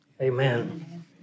Amen